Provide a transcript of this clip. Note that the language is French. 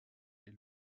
est